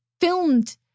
filmed